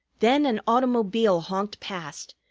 then an automobile honked past,